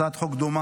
הצעת חוק דומה,